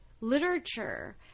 literature